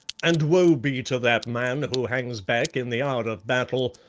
and woe be to that man who hangs back in the hour of battle,